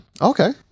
Okay